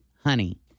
honey